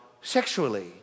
sexually